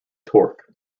torque